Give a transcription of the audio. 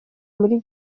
muri